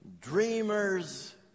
dreamers